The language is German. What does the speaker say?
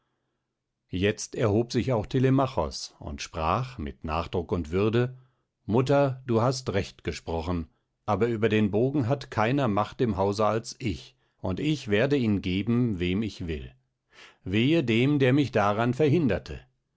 jetzt erhob sich auch telemachos und sprach mit nachdruck und würde mutter du hast recht gesprochen aber über den bogen hat keiner macht im hause als ich und ich werde ihn geben wem ich will wehe dem der mich daran verhinderte